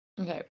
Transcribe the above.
Okay